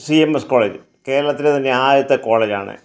C M S college കേരളത്തിലെ തന്നെ ആദ്യത്തെ കോളേജാണ്